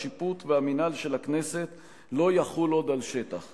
השיפוט והמינהל של הכנסת לא יחולו עוד על שטח.